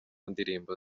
ndirimbo